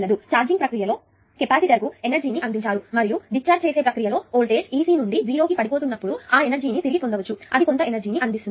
కాబట్టి ఛార్జింగ్ ప్రక్రియ లో కెపాసిటర్కు ఎనర్జీ ని అందించారు మరియు డిశ్చార్జ్ చేసే ప్రక్రియ లో వోల్టేజ్ e C నుండి 0 కి పడిపోతున్నప్పుడు ఆ ఎనర్జీ ను తిరిగి పొందవచ్చు అది అంత ఎనర్జీ ని అందిస్తుంది